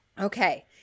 okay